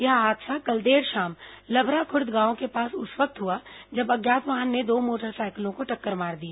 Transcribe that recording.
यह हादसा कल देर शाम लभराखुर्द गांव के पास उस वक्त हुआ जब अज्ञात वाहन ने दो मोटरसाइकिलों को टक्कर मार दी